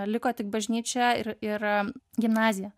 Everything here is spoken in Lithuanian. liko tik bažnyčia ir ir a gimnazija